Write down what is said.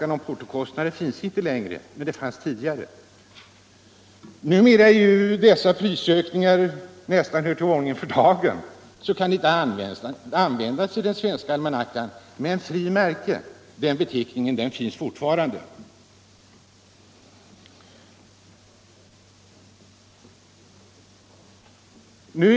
Numera, när prisökningar på portot nästan hör till ordningen för dagen, kan man inte införa dessa uppgifter i den svenska almanackan. Men beteckningen frimärke finns fortfarande.